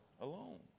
Alone